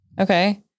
okay